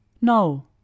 No